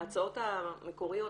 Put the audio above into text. ההצעות המקוריות,